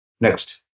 Next